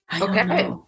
okay